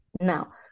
Now